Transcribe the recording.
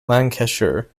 lancashire